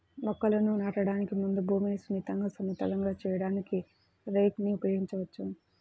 మొక్కలను నాటడానికి ముందు భూమిని సున్నితంగా, సమతలంగా చేయడానికి రేక్ ని ఉపయోగించవచ్చు